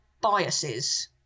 biases